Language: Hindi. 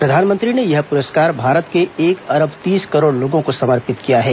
प्रधानमंत्री ने यह पुरस्कार भारत के एक अरब तीस करोड़ लोगों को समर्पित किया है